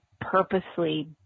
purposely